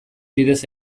bidez